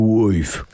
wife